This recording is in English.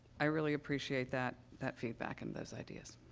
i really appreciate that that feedback and those ideas.